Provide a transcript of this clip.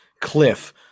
cliff